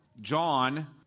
John